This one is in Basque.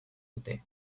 dute